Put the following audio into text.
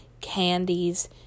candies